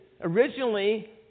Originally